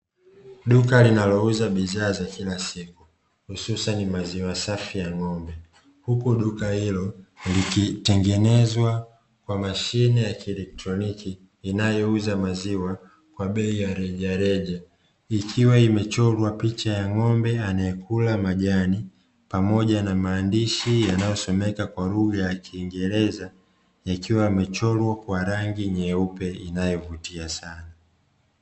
Duka linalouza bidhaa za kila siku hususani maziwa safi ya ng'ombe, huku duka hilo likitengenezwa kwa mashine ya kielektroniki inayouza maziwa kwa bei ya rejareja, ikiwa imechorwa picha ya ng'ombe anayekula majani pamoja na maandishi yanayosomeka kwa lugha ya kiingereza, yakiwa yamechorwa kwa rangi nyeupe inayovutia sana.